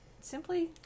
simply